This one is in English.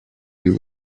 will